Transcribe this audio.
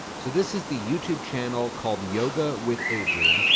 so this is the youtube channel called yoga with adriene.